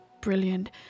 brilliant